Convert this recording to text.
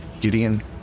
Gideon